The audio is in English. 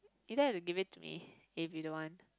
you don't have to give it to me if you don't want